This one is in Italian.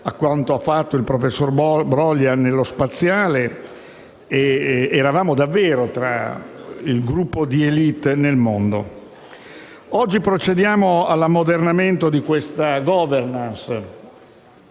a quanto ha fatto il professore Broglio nell'ambito aerospaziale - era davvero nel gruppo di *élite* nel mondo. Oggi procediamo all'ammodernamento di questa *governance*,